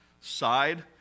side